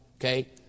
Okay